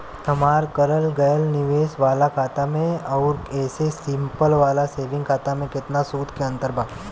हमार करल गएल निवेश वाला खाता मे आउर ऐसे सिंपल वाला सेविंग खाता मे केतना सूद के अंतर बा?